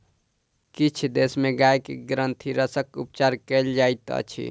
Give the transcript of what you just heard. किछ देश में गाय के ग्रंथिरसक उपचार कयल जाइत अछि